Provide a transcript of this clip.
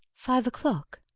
five o'clock?